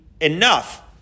enough